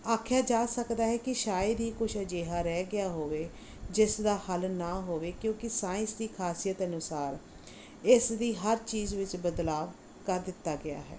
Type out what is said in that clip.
ਆਖਿਆ ਜਾ ਸਕਦਾ ਹੈ ਕਿ ਸ਼ਾਇਦ ਹੀ ਕੁਛ ਅਜਿਹਾ ਰਹਿ ਗਿਆ ਹੋਵੇ ਜਿਸ ਦਾ ਹੱਲ ਨਾ ਹੋਵੇ ਕਿਉਂਕਿ ਸਾਇੰਸ ਦੀ ਖਾਸੀਅਤ ਅਨੁਸਾਰ ਇਸ ਦੀ ਹਰ ਚੀਜ਼ ਵਿੱਚ ਬਦਲਾਵ ਕਰ ਦਿੱਤਾ ਗਿਆ ਹੈ